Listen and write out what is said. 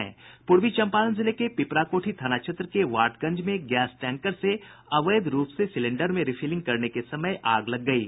पूर्वी चम्पारण जिले के पिपराकोठी थाना क्षेत्र के वाटगंज में गैस टैंकर से अवैध रूप से सिलेंडर में रिफिलिंग करने के समय आग लग गयी